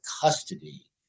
custody